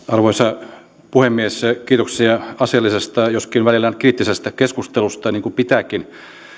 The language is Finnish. arvoisa puhemies kiitoksia asiallisesta joskin välillä kriittisestä keskustelusta niin kuin pitääkin